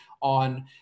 on